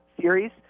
series